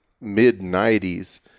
mid-90s